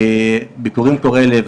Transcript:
ביקורים קורעי לב,